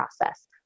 process